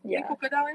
then crocodile leh